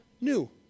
new